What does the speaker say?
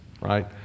Right